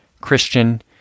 Christian